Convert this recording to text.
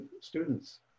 students